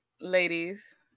ladies